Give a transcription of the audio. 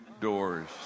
doors